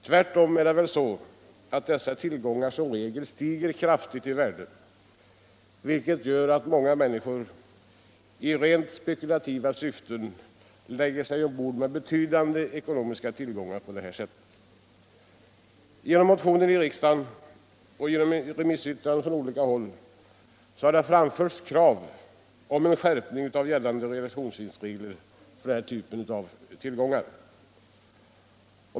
Tvärtom är det väl så, att dessa tillgångar som regel stiger kraftigt i värde, vilket gör att många människor i rent spekulativt syfte lägger sig till med betydande ekonomiska tillgångar på det här sättet. Genom motioner i riksdagen och genom remissyttranden från olika håll har det framförts krav på en skärpning av gällande realisationsvinstregler för den här typen av tillgångar.